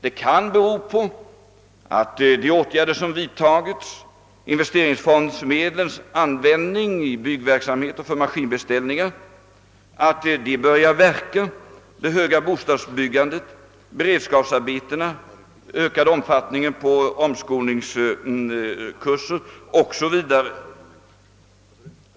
De vidtagna åtgärderna: användningen av investeringsfondsmedel i byggverksamhet och för maskinbeställningar börjar kanske verka, liksom det höga bostadsbyggandet, beredskapsarbetena, den ökade omfattningen av omskolningskurser o.s.v.